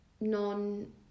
non